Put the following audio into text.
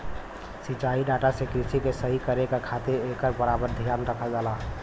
सिंचाई डाटा से कृषि के सही से करे क खातिर एकर बराबर धियान रखल जाला